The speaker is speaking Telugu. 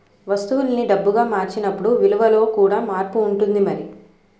వస్తువుల్ని డబ్బుగా మార్చినప్పుడు విలువలో కూడా మార్పు ఉంటుంది మరి